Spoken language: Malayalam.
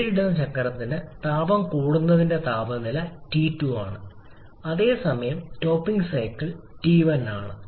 അടിവരയിടുന്ന ചക്രത്തിന് താപം കൂട്ടുന്നതിന്റെ താപനില T2 ആണ് അതേസമയം ടോപ്പിംഗ് സൈക്കിൾ T1 ആണ്